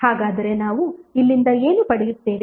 ಹಾಗಾದರೆ ನಾವು ಇಲ್ಲಿಂದ ಏನು ಪಡೆಯುತ್ತೇವೆ